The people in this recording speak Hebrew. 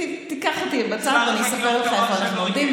תיקח אותי בצד ואני אספר לך איפה אנחנו עומדים,